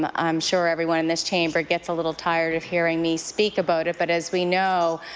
um i'm sure everyone in this chamber gets a little tired of hearing me speak about it but as we know,